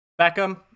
Beckham